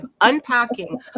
unpacking